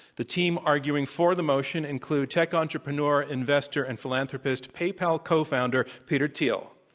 the team arguing for the motion include tech entrepreneur, investor and philanthropist, paypal cofounder, peter thiel.